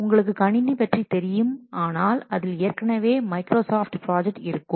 உங்களுக்கு கணினி பற்றி தெரியும் ஆனால் அதில் ஏற்கனவே மைக்ரோசாஃப்ட் ப்ராஜெக்ட் இருக்கும்